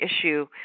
issue